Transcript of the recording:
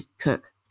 cook